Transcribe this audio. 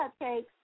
cupcakes